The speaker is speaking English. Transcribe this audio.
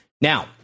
Now